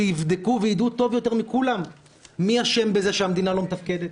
שיבדקו ויידעו טוב יותר מכולם מי אשם בזה שהמדינה לא מתפקדת,